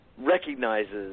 Recognizes